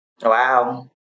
Wow